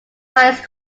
highest